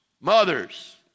mothers